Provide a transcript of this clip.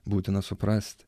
būtina suprasti